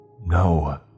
No